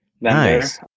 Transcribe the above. Nice